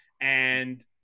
and-